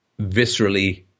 viscerally